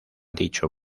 dicho